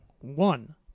one